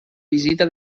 visita